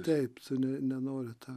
taip ne neoriu tave